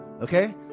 Okay